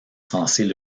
censés